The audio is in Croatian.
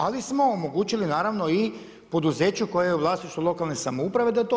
Ali smo omogućili naravno i poduzeću koje je u vlasništvu lokalne samouprave da to ima.